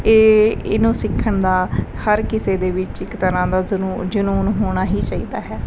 ਇਹ ਇਹਨੂੰ ਸਿੱਖਣ ਦਾ ਹਰ ਕਿਸੇ ਦੇ ਵਿੱਚ ਇੱਕ ਤਰ੍ਹਾਂ ਦਾ ਜਨੂੰ ਜਨੂੰਨ ਹੋਣਾ ਹੀ ਚਾਹੀਦਾ ਹੈ